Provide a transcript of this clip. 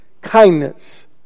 kindness